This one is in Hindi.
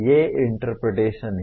ये इंटरप्रिटेशन हैं